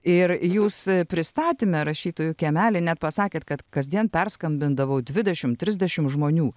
ir jūs pristatyme rašytojų kiemely net pasakėt kad kasdien perskambindavau dvidešim trisdešim žmonių